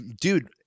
dude